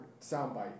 soundbite